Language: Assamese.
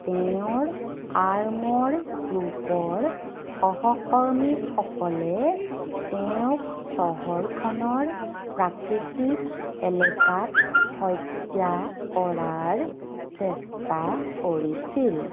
তেওঁৰ আৰ্মৰ গ্ৰুপৰ সহকৰ্মীসকলে তেওঁক চহৰখনৰ প্ৰাকৃতিক এলেকাত হত্যা কৰাৰ চেষ্টা কৰিছিল